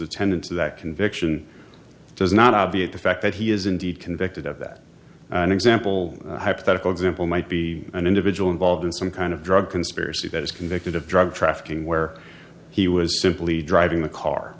attendant to that conviction does not obviate the fact that he is indeed convicted of that an example hypothetical example might be an individual involved in some kind of drug conspiracy that is convicted of drug trafficking where he was simply driving the car